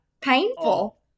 painful